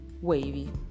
wavy